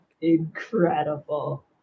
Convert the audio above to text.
Incredible